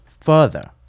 further